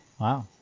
Wow